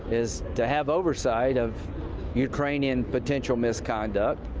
is to have oversight of ukrainian potential misconduct.